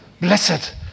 blessed